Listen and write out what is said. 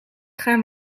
gaan